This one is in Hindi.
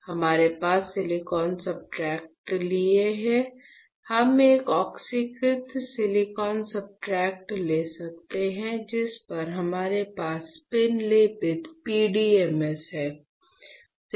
हमने एक सिलिकॉन सब्सट्रेट लिया है हम एक ऑक्सीकृत सिलिकॉन सब्सट्रेट ले सकते हैं जिस पर हमारे पास स्पिन लेपित PDMS है